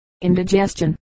indigestion